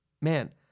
man